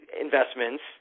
investments